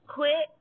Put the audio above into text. Quit